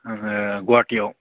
आङो गुवाहाटीयाव